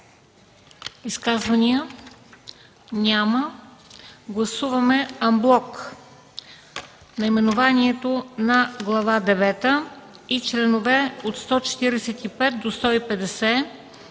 Изказвания? Няма. Гласуваме ан блок наименованието на Глава девета и членове от 145 до 150,